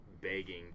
begging